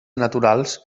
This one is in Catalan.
naturals